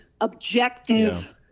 objective